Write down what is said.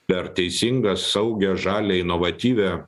per teisingą saugią žalią inovatyvią